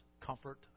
comfort